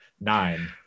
Nine